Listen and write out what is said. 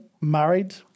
married